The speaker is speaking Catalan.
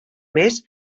més